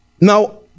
now